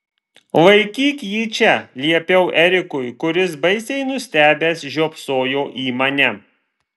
laikyk jį čia liepiau erikui kuris baisiai nustebęs žiopsojo į mane